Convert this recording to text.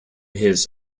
his